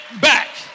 back